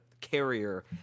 carrier